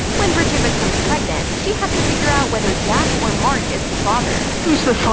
when bridget becomes pregnant, she has to figure out whether jack or mark is the father. who's the